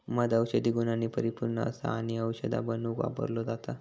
मध औषधी गुणांनी परिपुर्ण असा आणि औषधा बनवुक वापरलो जाता